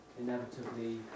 inevitably